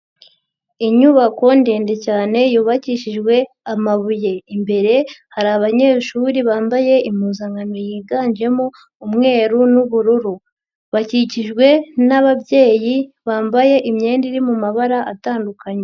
Inyubako ndende cyane yubakishijwe amabuye, imbere hari abanyeshuri bambaye impuzankano yiganjemo umweru n'ubururu, bakikijwe n'ababyeyi bambaye imyenda iri mu mabara atandukanye.